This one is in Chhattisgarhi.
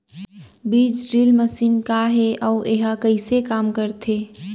बीज ड्रिल मशीन का हे अऊ एहा कइसे काम करथे?